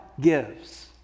gives